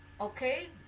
okay